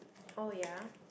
oh ya